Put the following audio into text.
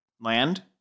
land